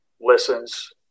listens